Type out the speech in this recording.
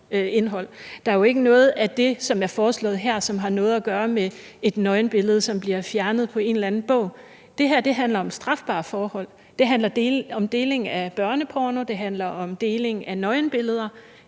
Der er jo ikke noget af det, som er foreslået her, som har noget at gøre med et nøgenbillede, som bliver fjernet fra en eller anden bog. Det her handler om strafbare forhold, det handler om deling af børneporno, det handler om deling af nøgenbilleder,